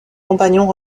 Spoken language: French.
compagnons